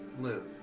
live